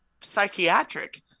psychiatric